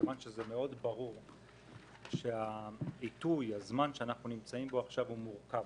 כיוון שברור שהזמן שאנחנו נמצאים בו הוא מורכב,